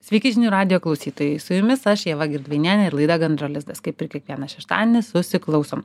sveiki žinių radijo klausytojai su jumis aš ieva girdvainienė ir laida gandro lizdas kaip ir kiekvieną šeštadienį susiklausom